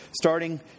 starting